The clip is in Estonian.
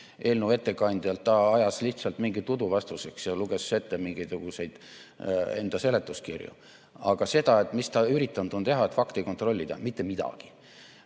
eelnõu ettekandjalt, ta ajas lihtsalt mingit udu vastuseks ja luges ette mingisuguseid enda seletuskirju. Aga mida ta on üritanud teha, et fakte kontrollida – mitte midagi.